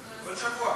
כל שבוע.